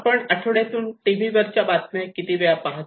आपण आठवड्यातून टीव्ही बातम्या किती वेळा पाहता